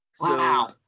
Wow